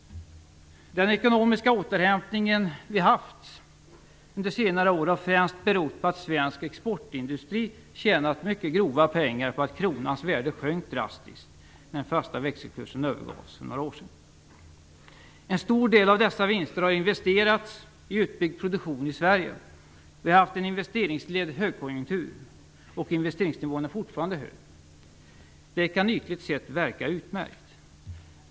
Den ekonomiska återhämtning vi haft under senare år har främst berott på att svensk exportindustri tjänat mycket grova pengar på att kronans värde sjönk drastiskt när den fasta växelkursen övergavs för några år sedan. En stor del av dessa vinster har investerats i utbyggd produktion i Sverige. Vi har haft en investeringsledd högkonjunktur, och investeringsnivån är fortfarande hög. Det kan ytligt sett verka utmärkt.